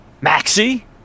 Maxie